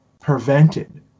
prevented